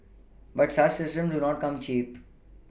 but such systems do not come cheap